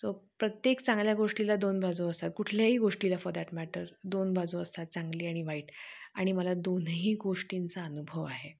so प्रत्येक चांगल्या गोष्टीला दोन बाजू असतात कुठल्याही गोष्टीला फॉर दॅट मॅटर दोन बाजू असतात चांगली आणि वाईट आणि मला दोन्ही गोष्टींचा अनुभव आहे